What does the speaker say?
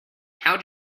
how